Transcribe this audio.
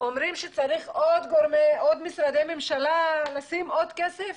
אומרים שצריך עוד משרדי ממשלה לשים עוד כסף?